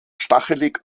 stachelig